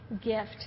gift